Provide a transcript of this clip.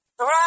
Right